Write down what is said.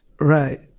Right